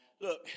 Look